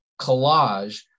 collage